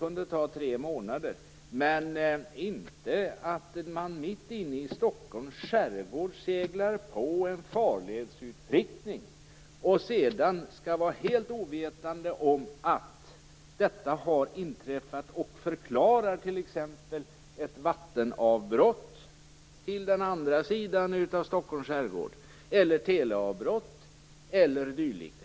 Men man kan inte förstå att ett fartyg mitt inne i Stockholms skärgård seglar på en farledsutprickning och sedan är helt ovetande om att detta har inträffat och t.ex. förklarar ett vattenavbrott till den andra sidan av Stockholms skärgård, ett teleavbrott e.d.